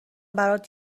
برات